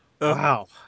Wow